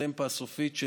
הסטמפה הסופית,